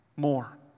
more